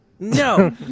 No